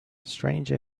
strange